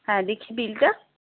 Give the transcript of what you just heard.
হ্যাঁ দেখি বিলটা